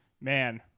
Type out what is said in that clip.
Man